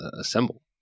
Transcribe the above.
assemble